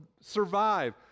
survive